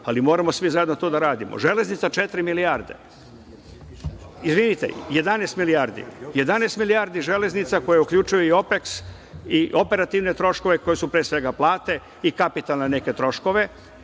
ali moramo svi zajedno to da radimo. Železnica četiri milijarde, i vidite, 11 milijardi, 11 milijardi Železnica koja uključuje i OPEX, i operativne troškove, koji su pre svega plate i kapitalne neke troškove.